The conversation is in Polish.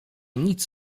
nic